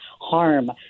harm